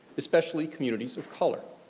especially communities of color.